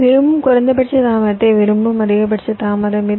விரும்பும் குறைந்தபட்ச தாமதத்தை விரும்பும் அதிகபட்ச தாமதம் இது